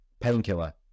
Painkiller